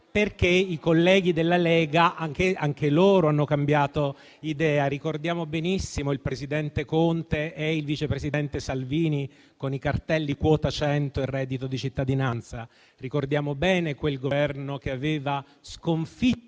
anche i colleghi della Lega hanno cambiato idea. Ricordiamo benissimo il presidente Conte e il vice presidente Salvini con i cartelli quota 100 e reddito di cittadinanza. Ricordiamo bene quel Governo che aveva sconfitto